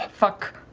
fuck!